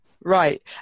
right